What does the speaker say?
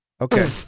Okay